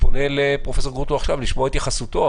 אני פונה לפרופ' גרוטו עכשיו לשמוע את התייחסותו,